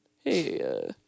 Hey